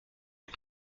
est